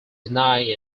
deny